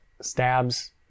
stabs